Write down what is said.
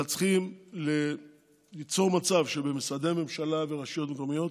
אלא צריך ליצור מצב שבמשרדי ממשלה ורשויות מקומיות